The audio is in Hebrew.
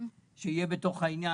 שיהיה בתוך העניין.